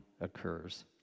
occurs